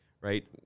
right